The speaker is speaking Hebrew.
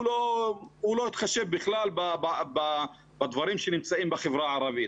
הוא כלל לא התחשב בדברים שנמצאים בחברה הערבית.